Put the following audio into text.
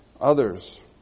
others